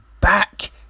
back